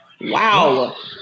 Wow